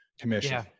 commission